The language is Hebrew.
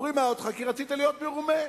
הוא רימה אותך, כי רצית להיות מרומה.